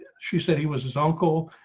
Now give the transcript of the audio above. she said he was his uncle,